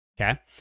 okay